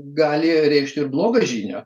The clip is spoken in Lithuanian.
gali reikšt ir blogą žinią